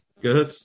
Good